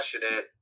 passionate